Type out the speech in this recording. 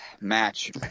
match